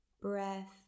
breath